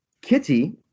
Kitty